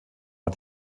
war